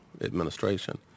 administration